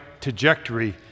trajectory